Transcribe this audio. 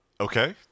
okay